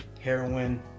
heroin